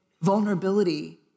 vulnerability